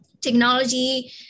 technology